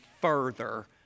further